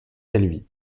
calvi